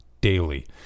daily